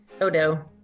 Odo